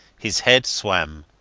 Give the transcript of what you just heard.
his head swam.